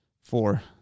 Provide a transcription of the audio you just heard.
Four